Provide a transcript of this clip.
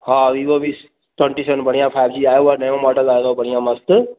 हा Vivo B twenty seven बढ़िया five जा आयो आ नयो मॉडल आयो तव बढ़िया मस्त